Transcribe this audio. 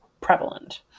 prevalent